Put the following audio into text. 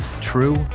True